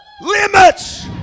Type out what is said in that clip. limits